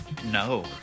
No